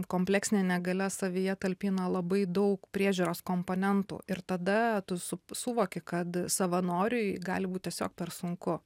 kompleksinė negalia savyje talpina labai daug priežiūros komponentų ir tada tu su suvoki kad savanoriui gali būt tiesiog per sunku